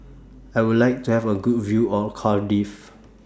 I Would like to Have A Good View of Cardiff